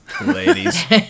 ladies